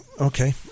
Okay